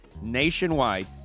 nationwide